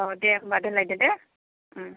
औ दे होनबा दोनलायदो दे